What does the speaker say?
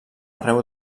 arreu